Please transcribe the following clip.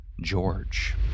George